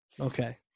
Okay